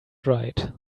dried